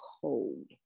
cold